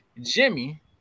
Jimmy